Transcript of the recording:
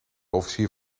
officier